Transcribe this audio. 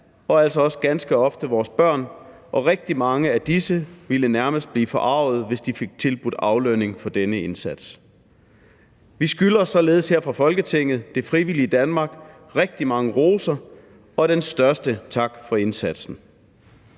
og altså også ganske ofte vores børn, og rigtig mange af disse ville nærmest blive forargede, hvis de blev tilbudt aflønning for denne indsats. Vi skylder således her i Folketinget det frivillige Danmark rigtig mange roser og den største tak for indsatsen.